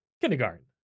Kindergarten